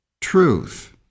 truth